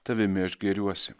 tavimi aš gėriuosi